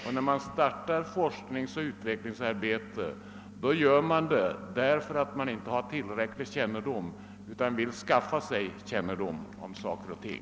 Och när man startar sådant arbete gör man det därför att man saknar tillräcklig kännedom om saker och ting och vill skaffa sig kunskaper om dem.